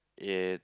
it's